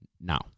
now